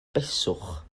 beswch